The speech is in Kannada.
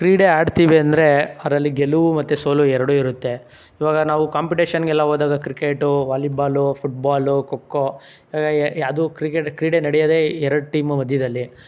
ಕ್ರೀಡೆ ಆಡ್ತೀವಿ ಅಂದರೆ ಅದ್ರಲ್ಲಿ ಗೆಲುವು ಮತ್ತು ಸೋಲು ಎರಡೂ ಇರುತ್ತೆ ಇವಾಗ ನಾವು ಕಾಂಪಿಟೇಷನ್ಗೆಲ್ಲ ಹೋದಾಗ cricket volleyball football kho kho ಯಾವ್ದೂ ಕ್ರಿಕೆಟ್ ಕ್ರೀಡೆ ನಡೆಯೋದೇ ಎರಡು ಟೀಮು ಮಧ್ಯದಲ್ಲಿ